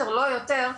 לא יותר,